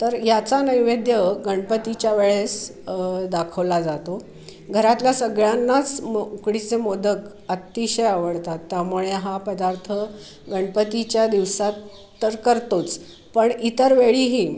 तर याचा नैवेद्य गणपतीच्या वेळेस दाखवला जातो घरातल्या सगळ्यांनाच मो उकडीचं मोदक अतिशय आवडतात त्यामुळे हा पदार्थ गणपतीच्या दिवसात तर करतोच पण इतर वेळीही